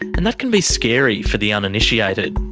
and that can be scary for the uninitiated.